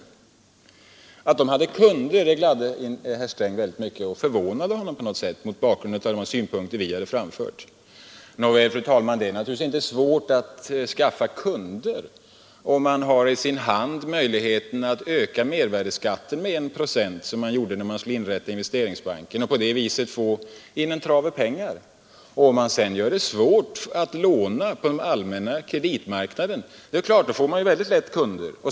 Att Investeringsbanken hade kunder gladde herr Sträng oerhört — och förvånade honom på något sätt, mot bakgrund av de synpunkter vi hade framfört. Nåväl, fru talman! Det är naturligtvis inte svårt att skaffa kunder, om man i sin hand har möjligheten att öka mervärdeskatten med 1 procent — såsom man gjorde när man skulle inrätta Investeringsbanken — och på det viset få in en trave pengar att låna ut. Och om man sedan gör det svårt att låna på den allmänna kreditmarknaden, får man givetvis lätt kunder.